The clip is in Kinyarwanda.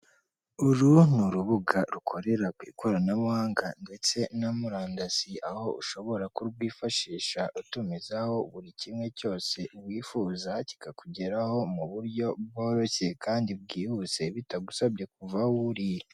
Uru ni urubuga rukorera ku ikoranabuhanga ndetse na murandasi, aho ushobora kurwifashisha utumizaho buri kimwe cyose wifuza, kikakugeraho mu buryo bworoshye kandi bwihuse bitagusabye kuva aho uri.